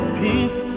peace